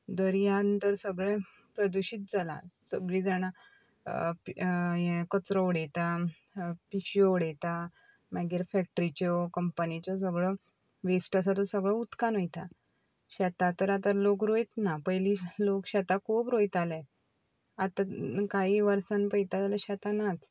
दर्यान तर सगळें प्रदूशीत जालां सगळीं जाणां हें कचरो उडयता पिशव्यो उडयता मागीर फॅक्ट्रीच्यो कंपनीच्यो सगळो वेस्ट आसा तो सगळो उदकान वयता शेतां तर आतां लोक रोयच ना पयलीं लोक शेतां खूब रोयताले आतां कांय वर्सान पळयता जाल्यार शेतां नाच